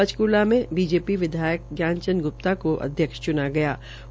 पंकचूला से बीजेपी विधायक ज्ञान चंद गुप्ता ने अध्यक्ष चुने गये